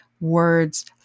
words